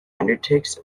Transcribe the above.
undertakes